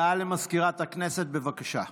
הודעה למזכירת הכנסת, בבקשה.